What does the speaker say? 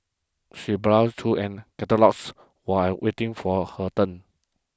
she browsed through an catalogues while waiting for her turn